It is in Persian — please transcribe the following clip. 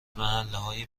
محلههای